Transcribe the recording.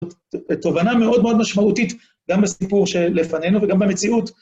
ותובנה מאוד מאוד משמעותית גם בסיפור שלפנינו וגם במציאות.